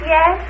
Yes